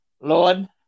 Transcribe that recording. Lord